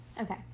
Okay